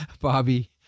Bobby